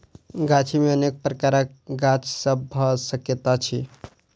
गाछी मे अनेक प्रकारक गाछ सभ भ सकैत अछि